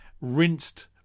rinsed